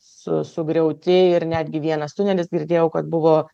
su sugriauti ir netgi vienas tunelis girdėjau kad buvo